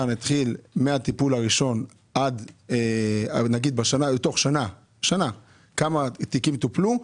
מהטיפול הראשון או נגיד בתוך שנה כמה תיקים טופלו,